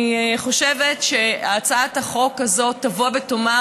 אני חושבת שהצעת החוק הזאת תבוא ותאמר